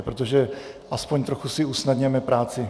Protože aspoň trochu si usnadněme práci.